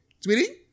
sweetie